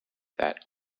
that